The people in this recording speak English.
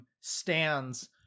stands